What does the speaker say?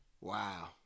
Wow